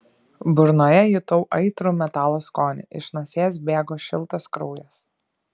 burnoje jutau aitrų metalo skonį iš nosies bėgo šiltas kraujas